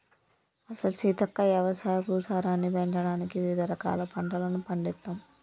అసలు సీతక్క యవసాయ భూసారాన్ని పెంచడానికి వివిధ రకాల పంటలను పండిత్తమ్